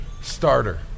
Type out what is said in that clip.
Starter